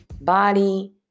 body